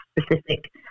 specific